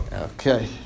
Okay